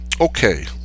Okay